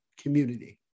community